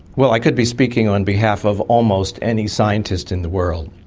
well, i could be speaking on behalf of almost any scientist in the world.